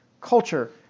culture